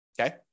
Okay